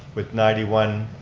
with ninety one